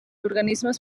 organismes